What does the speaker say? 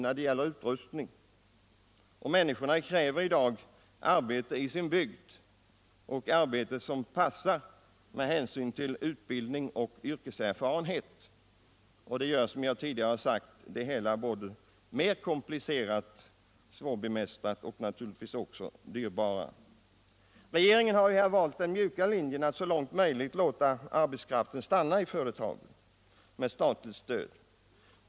Människor kräver i dag att få arbeta i sin hembygd, liksom de vill ha ett arbete som passar dem med hänsyn till utbildning och yrkeserfarenhet. Det gör, som jag tidigare har sagt, frågan mer komplicerad och svårbemästrad, och det blir naturligtvis också dyrare. Regeringen har valt den mjuka linjen att genom statligt stöd låta arbetskraften så långt möjligt stanna i företagen.